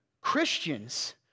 Christians